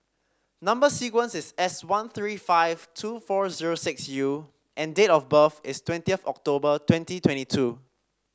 number sequence is S one three five two four zero six U and date of birth is twentieth of October twenty twenty two